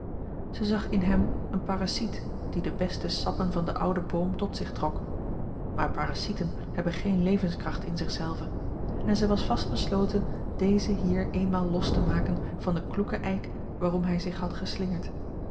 zij zag in hem een parasiet die de beste sappen van den ouden boom tot zich trok maar parasieten hebben geen levenskracht in zich zelven en zij was vast besloten dezen hier eenmaal los te maken van den kloeken eik waarom hij zich had geslingerd